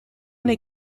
les